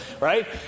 right